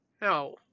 no